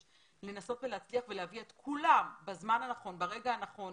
בנפש" לנסות ולהביא את כולם בזמן הנכון וברגע הנכון